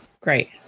Great